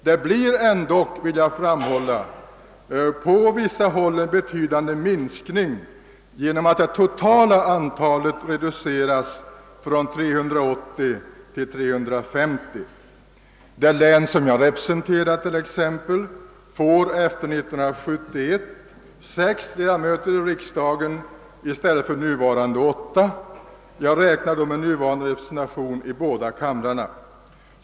Det blir ändå, vill jag framhålla, på vissa håll en betydande minskning genom att det totala antalet ledamöter reduceras från 380 till 350. Det län som jag representerar får t.ex. efter 1970 sex ledamöter i riksdagen i stället för nuvarande åtta — jag räknar då med nuvarande representation i båda kamrarna.